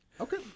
okay